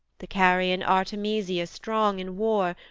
the carian artemisia strong in war,